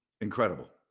Incredible